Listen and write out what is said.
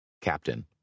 Captain